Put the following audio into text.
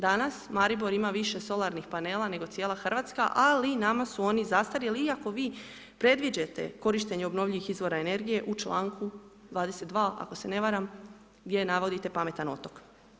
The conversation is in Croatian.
Danas Maribor ima više solarnih panela, nego cijela RH, ali nama su oni nama zastarjeli iako vi predviđate korištenje obnovljivih izvora energije u čl. 22. ako se ne varam, gdje navodite pametan otok.